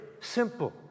simple